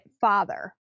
father